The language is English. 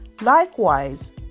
Likewise